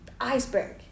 iceberg